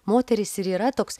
moterys ir yra toks